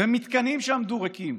במתקנים שעמדו ריקים.